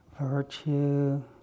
Virtue